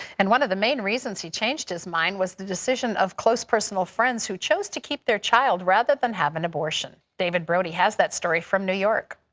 and one of the main reasons he changed his mind was the decision of close personal friends who chose to keep their child rather than have an abortion. david brody has that story from new york.